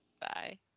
Bye